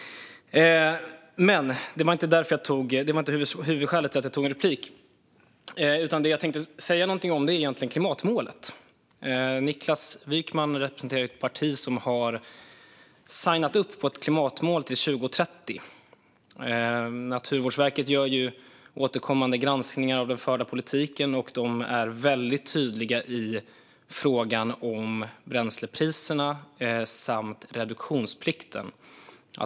Men detta var inte huvudskälet till att jag tog replik. Det jag tänkte säga någonting om är egentligen klimatmålet. Niklas Wykman representerar ett parti som har signat upp för ett klimatmål till 2030. Naturvårdsverket gör återkommande granskningar av den förda politiken. Det är väldigt tydligt i frågan om bränslepriserna samt reduktionsplikten.